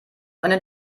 einen